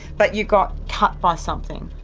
but you got cut by something?